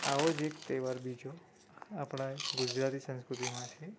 આવો જ એક તહેવાર બીજો આપણા ગુજરાતી સંસ્કૃતિમાં છે